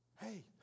Hey